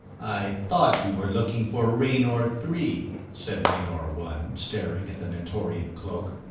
i thought you were looking for raynor three, said raynor one, staring at the mentorian cloak.